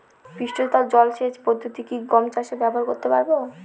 পৃষ্ঠতল জলসেচ পদ্ধতি কি গম চাষে ব্যবহার করতে পারব?